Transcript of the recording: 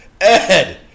Ed